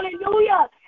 Hallelujah